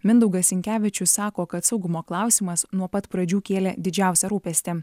mindaugas sinkevičius sako kad saugumo klausimas nuo pat pradžių kėlė didžiausią rūpestį